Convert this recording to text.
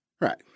Right